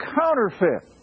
counterfeit